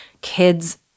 kids